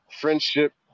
friendship